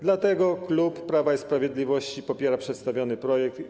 Dlatego klub Prawa i Sprawiedliwości popiera przedstawiony projekt.